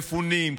מפונים,